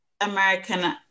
American